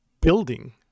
building